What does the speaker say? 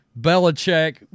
Belichick